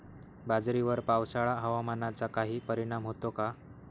बाजरीवर पावसाळा हवामानाचा काही परिणाम होतो का?